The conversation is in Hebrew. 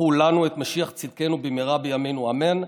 הוא לנו את משיח צדקנו במהרה בימינו אמן,